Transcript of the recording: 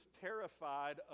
terrified